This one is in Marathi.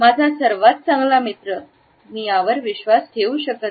माझा सर्वात चांगला मित्र मी यावर विश्वास ठेवू शकत नाही